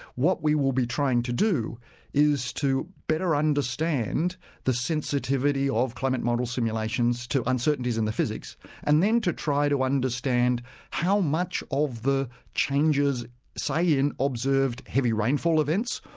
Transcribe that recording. what we will be trying to do is to better understand the sensitivity of climate model simulations to uncertainties in the physics and then to try to understand how much of the changes say in observed heavy rainfall events,